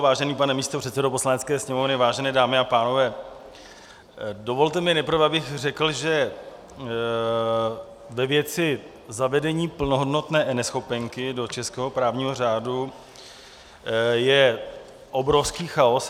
Vážený pane místopředsedo Poslanecké sněmovny, vážené dámy a pánové, dovolte mi nejprve, abych řekl, že ve věci zavedení plnohodnotné eNeschopenky do českého právního řádu je obrovský chaos.